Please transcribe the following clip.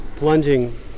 plunging